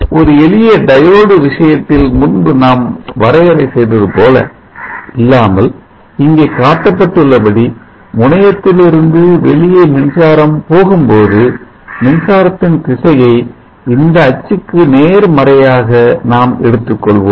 ஒரு எளிய டயோடு விஷயத்தில் முன்பு நாம் வரையறை செய்தது போல் அல்லாமல் இங்கே காட்டப்பட்டுள்ள படி முனையத்தில் இருந்து வெளியே மின்சாரம் போகும் போது மின்சாரத்தின் திசையை இந்த அச்சுக்கு நேர்மறையாக நாம் எடுத்துக்கொள்வோம்